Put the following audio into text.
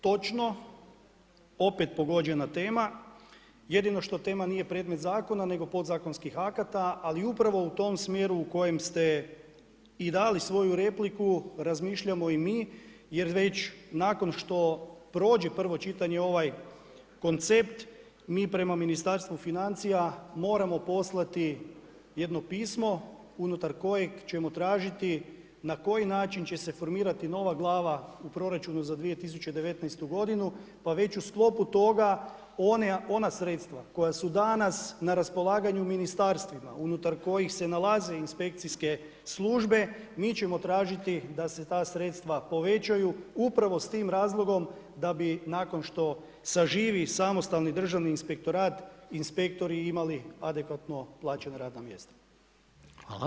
Točno, opet pogođena tema, jedino što tema nije predmet zakona nego podzakonskih akata ali upravo u tom smjeru u kojem ste i dali svoju repliku, razmišljamo i mi jer već nakon što prođe prvo čitanje ovaj koncept, mi prema Ministarstvu financija moramo poslati jedno pismo unutar kojeg ćemo tražiti na koji način će se formirati nova glava u proračunu za 2019. g. pa već u sklopu toga ona sredstva koja su danas na raspolaganju u ministarstvima unutar kojih se nalaze inspekcijske službe, mi ćemo tražiti da se ta sredstva povećaju upravo s tim razlogom da bi nakon što saživi samostani Državni inspektorat, inspektori imali adekvatno plaćena radna mjesta.